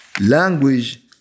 language